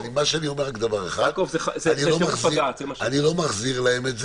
אבל אני אומר רק דבר אחד: אני לא מחזיר להם את זה.